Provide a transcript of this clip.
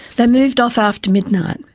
they moved off after midnight,